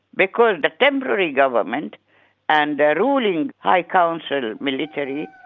because the temporary government and the ruling high council military,